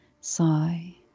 sigh